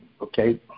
okay